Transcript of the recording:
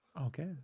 okay